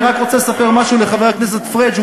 אני רק רוצה לספר משהו לחבר הכנסת פריג'.